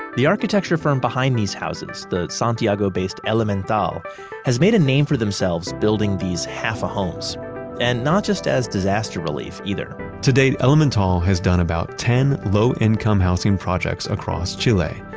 the architecture firm behind these houses, the santiago-based elemental um has made a name for themselves building these half-a-homes and not just as disaster relief either today, elemental has done about ten low-income housing projects across chile,